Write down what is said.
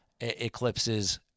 eclipses